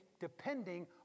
depending